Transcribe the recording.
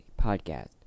podcast